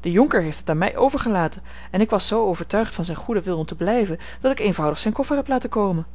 de jonker heeft het aan mij overgelaten en ik was zoo overtuigd van zijn goeden wil om te blijven dat ik eenvoudig zijn koffer heb laten komen